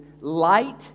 light